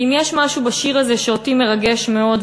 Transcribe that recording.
כי אם יש משהו בשיר הזה שאותי מרגש מאוד,